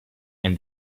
and